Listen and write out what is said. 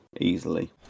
easily